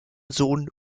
sohn